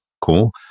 cool